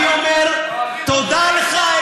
ואני אומר: תודה לך,